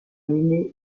linné